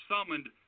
summoned